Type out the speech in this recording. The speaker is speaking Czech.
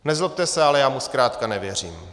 Nezlobte se, ale já mu zkrátka nevěřím.